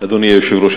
אדוני היושב-ראש,